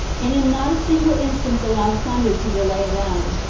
and in not a single instance allowed plunder to delay them,